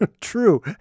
True